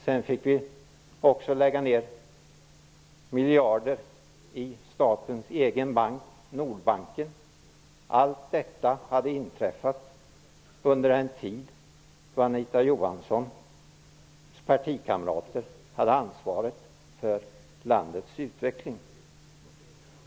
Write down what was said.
Sedan fick vi också lägga ner miljarder i statens egen bank Nordbanken. Allt detta hade inträffat under en tid då Anita Johanssons partikamrater hade ansvaret för landets utveckling.